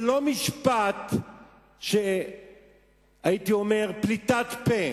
זה לא משפט שהייתי אומר שהוא פליטת פה.